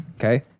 Okay